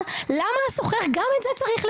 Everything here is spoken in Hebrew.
אז למה השוכר בסוף צריך גם את זה לשלם?